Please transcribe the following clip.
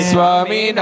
Swami